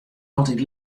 altyd